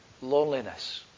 loneliness